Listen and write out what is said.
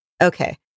Okay